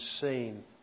seen